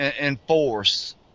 enforce